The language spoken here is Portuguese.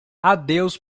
adeus